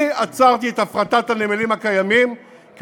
אני עצרתי את הפרטת הנמלים הקיימים כי